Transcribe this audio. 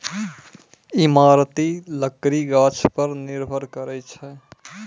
इमारती लकड़ी गाछ पर निर्भर करै छै